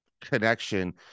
connection